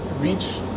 reach